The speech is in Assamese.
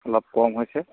অলপ কম হৈছে